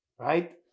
Right